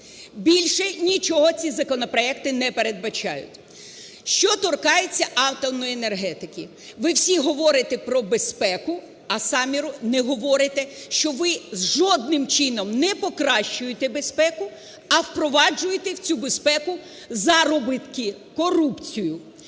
Більше нічого ці законопроекти не передбачають. Що торкається атомної енергетики. Ви всі говорите про безпеку, а самі не говорите, що ви жодним чином не покращуєте безпеку, а впроваджуєте у цю безпеку заробітки, корупцію.